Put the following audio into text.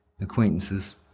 acquaintances